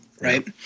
right